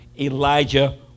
Elijah